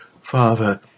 Father